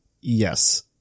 yes